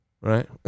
Right